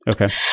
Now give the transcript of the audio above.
okay